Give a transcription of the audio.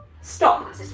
stop